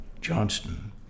Johnston